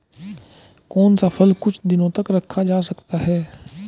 कौन सा फल कुछ दिनों तक रखा जा सकता है?